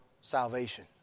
salvation